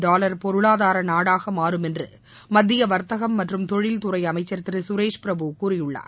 dollar பொருளாதார நாடாக மாறும் என்று மத்திய வர்த்தகம் மற்றும் தொழில்துறை அமைச்சர் திரு சுரேஷ் பிரபு கூறியுள்ளார்